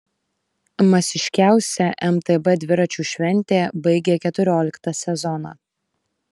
masiškiausia mtb dviračių šventė baigia keturioliktą sezoną